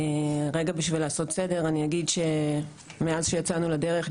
אני אגיד שמאז שיצאנו לדרך,